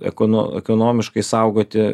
ekono ekonomiškai saugoti